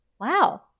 Wow